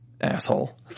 asshole